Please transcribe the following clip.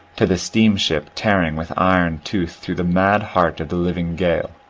to the steamship tearing with iron tooth through the mad heart of the living gale,